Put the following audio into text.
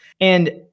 And-